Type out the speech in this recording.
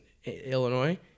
Illinois